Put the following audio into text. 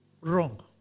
wrong